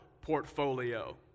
portfolio